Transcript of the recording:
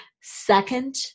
Second